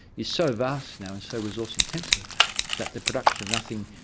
is so vast now and so resource-intensive that the reduction of nothing,